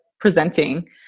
presenting